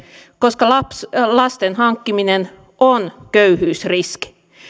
koska lasten hankkiminen on köyhyysriski